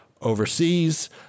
overseas